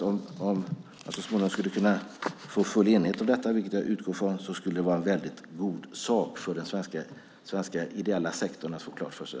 Om vi så småningom skulle kunna få full enighet om detta, vilket jag utgår från, skulle det vara en mycket god sak för den svenska ideella sektorn att få detta klart för sig.